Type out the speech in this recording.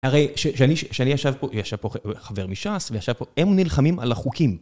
הרי כשאני, ישב פה, ישב פה חבר מש״ס, ויש שם פה, הם נלחמים על החוקים.